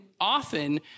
often